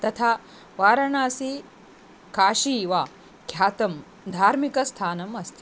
तथा वारणासी काशी वा ख्यातं धार्मिकस्थानम् अस्ति